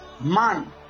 man